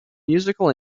musical